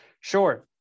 Sure